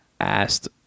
asked